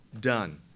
done